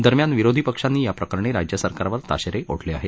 दरम्यान विरोधी पक्षांनी या प्रकरणी राज्यसरकारवर ताशेरे ओढले आहेत